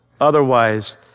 otherwise